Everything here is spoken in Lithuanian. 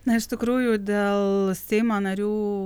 na iš tikrųjų dėl seimo narių